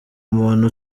umuntu